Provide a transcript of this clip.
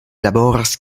laboras